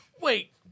Wait